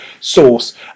source